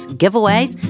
giveaways